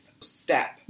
step